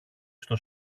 στο